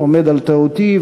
עומד על טעותי.